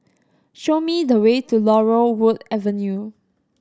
show me the way to Laurel Wood Avenue